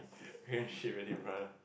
and she really run